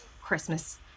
Christmas